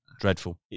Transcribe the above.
Dreadful